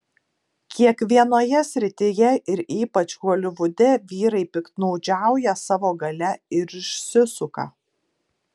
kiekvienoje srityje ir ypač holivude vyrai piktnaudžiauja savo galia ir išsisuka